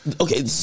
Okay